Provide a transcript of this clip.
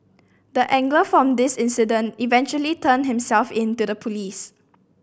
the angler from this incident eventually turned himself in to the police